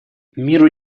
миру